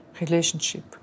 relationship